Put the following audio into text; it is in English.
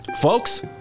Folks